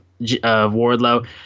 Wardlow